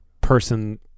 person